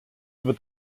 wird